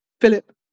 Philip